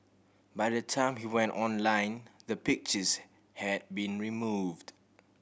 by the time he went online the pictures had been removed